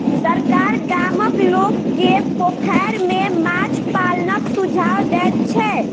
सरकार गामक लोक के पोखैर में माछ पालनक सुझाव दैत छै